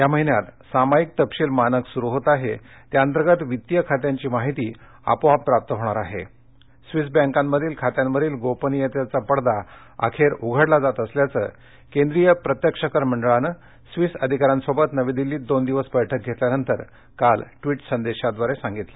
या महिन्यात सामायिक तपशील मानक सुरु होत आहे त्या अंतर्गत वित्तीय खात्यांची माहिती आपोआप प्राप्त होणार आहे स्विस बँकांमधील खात्यांवरील गोपनियतेचा पडदा अखेर उघडला जात असल्याचं केंद्रीय प्रत्यक्ष कर मंडळानं स्विस अधिकाऱ्यांसोबत नवी दिल्लीत दोन दिवस बैठक झाल्यानंतर काल ट्विट संदेशांद्वारे सांगितलं